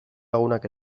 lagunak